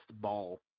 ball